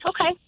Okay